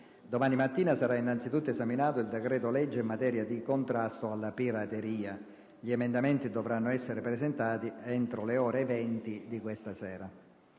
Domani mattina sarà innanzitutto esaminato il decreto-legge in materia di contrasto alla pirateria. Gli emendamenti dovranno essere presentati entro le ore 20 di questa sera.